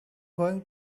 going